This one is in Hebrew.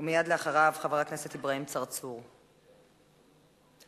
ומייד אחריו, חבר הכנסת אברהים צרצור, אינם.